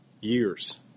years